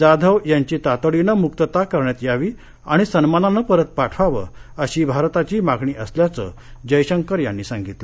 जाधव यांची तातडीनं मुक्तता करण्यातयावी आणि सन्मानानं परत पाठवावं अशी भारताची मागणी असल्याचं जयशंकर यांनी सांगितलं